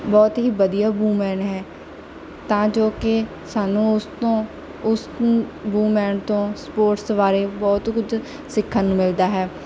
ਬਹੁਤ ਹੀ ਵਧੀਆ ਵੂਮੈਨ ਹੈ ਤਾਂ ਜੋ ਕਿ ਸਾਨੂੰ ਉਸ ਤੋਂ ਉਸ ਨੂੰ ਵੂਮੈਨ ਤੋਂ ਸਪੋਰਟਸ ਬਾਰੇ ਬਹੁਤ ਕੁਝ ਸਿੱਖਣ ਨੂੰ ਮਿਲਦਾ ਹੈ